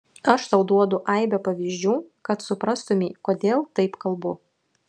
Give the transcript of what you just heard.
aš tau duodu aibę pavyzdžių kad suprastumei kodėl taip kalbu